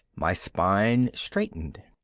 my spine straightened.